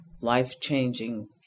life-changing